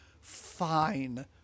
fine